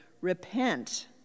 Repent